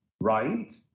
Right